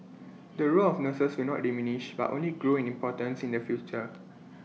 the role of nurses will not diminish but only grow in importance in the future